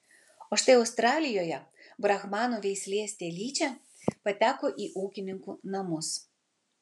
o štai australijoje brahmanų veislės telyčia pateko į ūkininkų namus